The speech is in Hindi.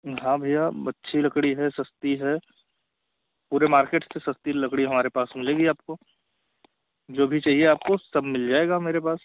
हाँ भैया अच्छी लकड़ी है सस्ती है पूरे मार्केट से सस्ती लकड़ी हमारे पास मिलेगी आपको जो भी चाहिए आपको सब मिल जाएगा मेरे पास